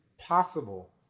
possible